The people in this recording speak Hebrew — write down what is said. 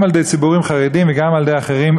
גם על-ידי ציבורים חרדיים וגם על-ידי אחרים,